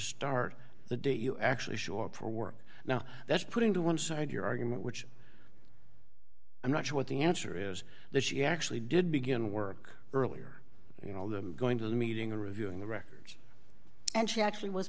start the day you actually show up for work now that's putting to one side your argument which i'm not sure what the answer is that she actually did begin work earlier you know them going to the meeting or reviewing the records and she actually was